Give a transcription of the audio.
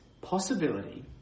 possibility